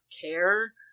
care